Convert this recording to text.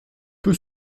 peu